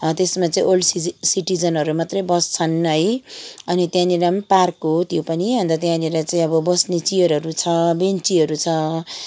हो त्यसमा चाहिँ ओल्ड सिजि सिटिजनहरू मात्रै बस्छन् है अनि त्यहाँनिर पनि पार्क हो त्यो पनि अन्त त्यहाँनिर चाहिँ अब बस्ने चेयरहरू छ बेञ्चीहरू छ